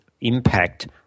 impact